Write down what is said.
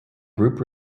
group